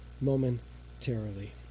momentarily